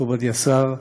מכובדי השר,